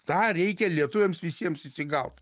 tą reikia lietuviams visiems įsikalt